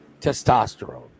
Testosterone